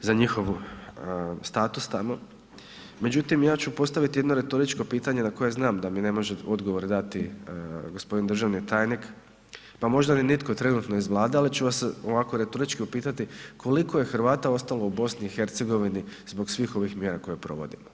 za njihov status tamo, međutim ja ću postaviti jedno retoričko pitanje na koje znam da mi ne može odgovor dati g. državni tajnik, pa možda ni nitko trenutno iz Vlade, ali ću vas ovako retorički upitati koliko je Hrvata ostalo u BiH zbog svih ovih mjera koje provodimo?